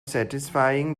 satisfying